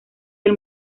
del